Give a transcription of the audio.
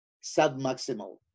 sub-maximal